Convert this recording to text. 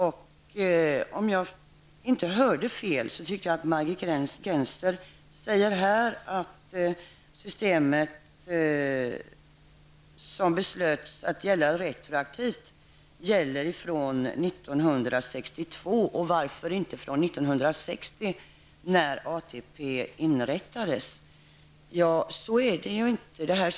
Om jag inte hörde fel, tyckte jag att Margit Gennser sade att systemet som beslöts att gälla retroaktivt gäller från 1962. Varför inte från 1960, när ATP inrättades? undrade hon.